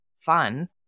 fun